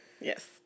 Yes